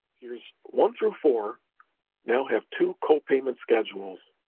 tiers one through four now have two copayment schedules,